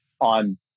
on